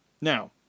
now